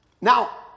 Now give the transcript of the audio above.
Now